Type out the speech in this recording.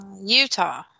Utah